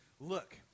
look